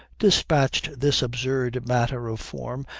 dispatched this absurd matter of form,